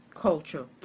culture